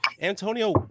Antonio